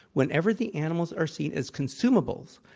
whenever the animals are seen as consumables,